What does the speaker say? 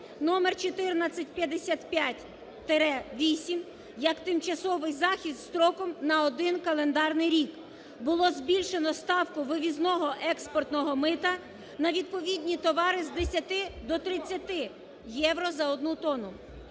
(номер 1455-8) як тимчасовий захист строком на один календарний рік було збільшено ставку вивізного експортного мита на відповідні товари з 10 до 30 євро за одну тонну.